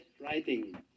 writing